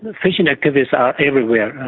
but fishing activities are everywhere.